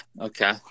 okay